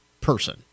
person